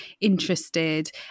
interested